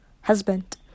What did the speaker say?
husband